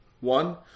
One